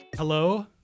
Hello